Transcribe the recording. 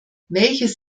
welches